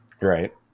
Right